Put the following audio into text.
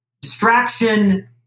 distraction